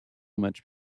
much